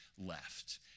left